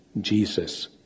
Jesus